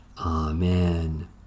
Amen